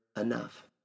enough